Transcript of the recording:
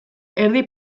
erdi